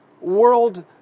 world